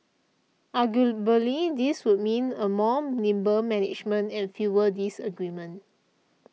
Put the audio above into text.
arguably this would mean a more nimble management and fewer disagreements